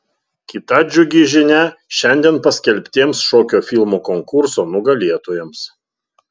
kita džiugi žinia šiandien paskelbtiems šokio filmų konkurso nugalėtojams